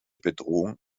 bedrohung